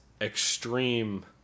extreme